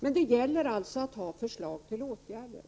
Men det gäller ju att också ha förslag till åtgärder.